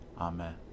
Amen